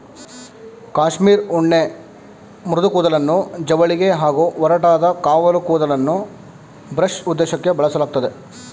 cashmere ಉಣ್ಣೆ ಮೃದು ಕೂದಲನ್ನು ಜವಳಿಗೆ ಹಾಗೂ ಒರಟಾದ ಕಾವಲು ಕೂದಲನ್ನು ಬ್ರಷ್ ಉದ್ದೇಶಕ್ಕೇ ಬಳಸಲಾಗ್ತದೆ